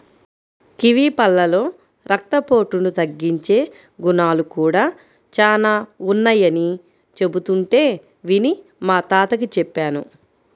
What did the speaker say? kiwi పళ్ళలో రక్తపోటును తగ్గించే గుణాలు కూడా చానా ఉన్నయ్యని చెబుతుంటే విని మా తాతకి చెప్పాను